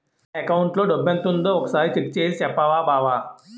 నా అకౌంటులో డబ్బెంతుందో ఒక సారి చెక్ చేసి చెప్పవా బావా